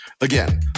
Again